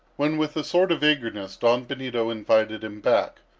when, with a sort of eagerness, don benito invited him back,